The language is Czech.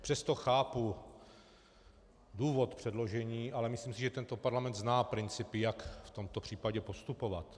Přesto chápu důvod předložení, ale myslím si, že tento parlament zná principy, jak v tomto případě postupovat.